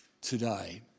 today